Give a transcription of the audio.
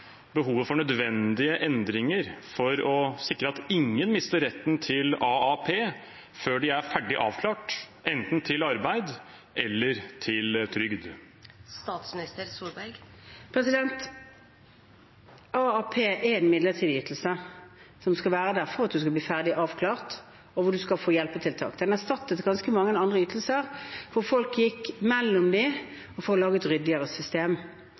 behovet for nødvendige endringer for å sikre at ingen mister retten til AAP før de er ferdig avklart til enten arbeid eller trygd. AAP er en midlertidig ytelse som skal være der for at man skal bli ferdig avklart, og hvor man skal få hjelpetiltak. Den erstatter ganske mange andre ytelser, som folk gikk imellom. Den skal lage et mer ryddig system.